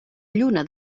lluna